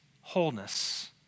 wholeness